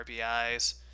RBIs